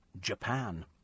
Japan